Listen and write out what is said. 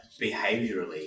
behaviourally